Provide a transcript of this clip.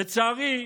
לצערי,